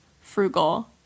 frugal